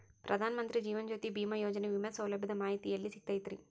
ಪ್ರಧಾನ ಮಂತ್ರಿ ಜೇವನ ಜ್ಯೋತಿ ಭೇಮಾಯೋಜನೆ ವಿಮೆ ಸೌಲಭ್ಯದ ಮಾಹಿತಿ ಎಲ್ಲಿ ಸಿಗತೈತ್ರಿ?